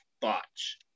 botch